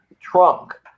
trunk